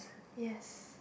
yes